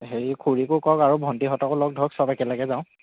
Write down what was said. হেৰি খুড়ীকো কওক আৰু ভণ্টিহতঁকো লগ ধৰক চব একেলগে যাওঁ